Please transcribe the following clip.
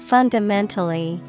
Fundamentally